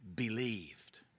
believed